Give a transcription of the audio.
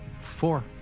Four